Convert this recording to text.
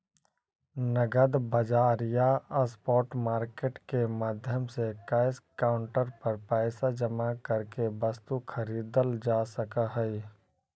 नगद बाजार या स्पॉट मार्केट के माध्यम से कैश काउंटर पर पैसा जमा करके वस्तु खरीदल जा सकऽ हइ